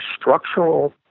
structural